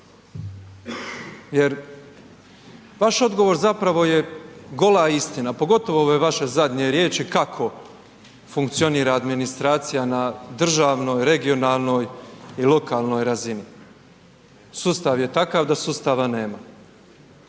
Jer vaš odgovor zapravo je gola istina, pogotovo ove vaše zadnje riječi kako funkcionira administracija na državnoj, regionalnoj i lokalnoj razini. Sustav je takav da sustava nema